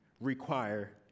require